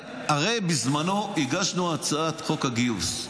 הרי בזמנו הגשנו את הצעת חוק הגיוס,